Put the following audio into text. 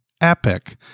epic